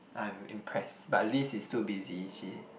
I'm impressed but Liz is too busy she